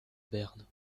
berne